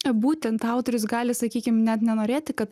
būtent autorius gali sakykim net nenorėti kad